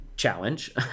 challenge